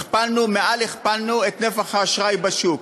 הכפלנו, יותר מהכפלנו, את נפח האשראי בשוק.